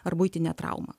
ar buitinė trauma